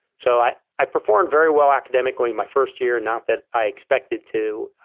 so, i, i performed very well academically my first year, not that i expected to,